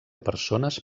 persones